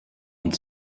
und